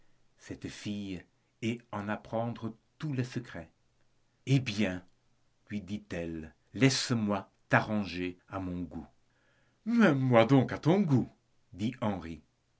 cette fille et en apprendre tous les secrets eh bien lui dit-elle laisse-moi t'arranger à mon goût mets moi donc à ton goût dit